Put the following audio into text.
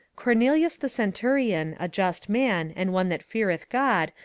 cornelius the centurion, a just man, and one that feareth god,